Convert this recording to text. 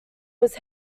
was